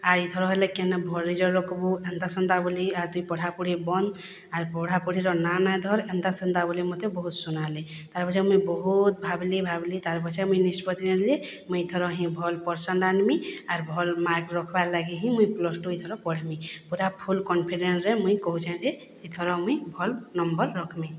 ଆର୍ ଇଥର ହେଲେ କେନେ ଭଲ୍ ରିଜଲ୍ଟ୍ ରଖ୍ବୁ ଏନ୍ତା ସେନ୍ତା ବୋଲି ଆର୍ ତୁଇ ପଢ଼ାପଢି ବନ୍ଦ୍ ଆର୍ ପଢ଼ାପଢ଼ିର ନାଁ ନାଇଁ ଧର୍ ଏନ୍ତା ସେନ୍ତା ବୋଲି ମତେ ବହୁତ୍ ସୁନାଲେ ତାର୍ ପଛେ ମୁଁ ବହୁତ୍ ଭାବ୍ଲି ଭାବ୍ଲି ତାର୍ ପଛେ ମୁଇଁ ନିଷ୍ପତ୍ତି ନେଲି ଯେ ମୁଇଁ ଇଥର ହିଁ ଭଲ୍ ପର୍ସେଣ୍ଟ୍ ଆନ୍ମି ଆର୍ ଭଲ୍ ମାର୍କ୍ ରଖ୍ବାର୍ ଲାଗି ହିଁ ମୁଁ ପ୍ଲସ୍ ଟୁ ଇଥର ପଢ଼୍ମି ପୁରା ଫୁଲ୍ କନ୍ଫିଡେଣ୍ଟ୍ରେ ମୁଁ କହୁଚେଁ ଯେ ଇଥର ମୁଇଁ ଭଲ୍ ନମ୍ବର୍ ରଖ୍ମି